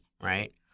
Right